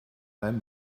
einem